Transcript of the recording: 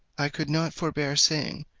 i could not forbear saying,